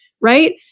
right